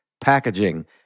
packaging